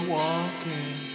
walking